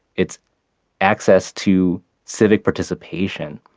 it's access to civic participation,